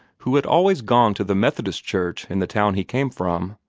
who had always gone to the methodist church in the town he came from,